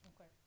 Okay